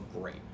great